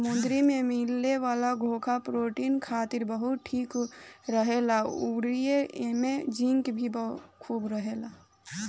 समुंद्र में मिले वाला घोंघा प्रोटीन खातिर बहुते ठीक रहेला अउरी एइमे जिंक भी खूब रहेला